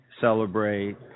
celebrate